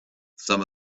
some